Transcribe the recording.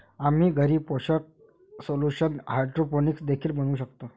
आम्ही घरी पोषक सोल्यूशन हायड्रोपोनिक्स देखील बनवू शकतो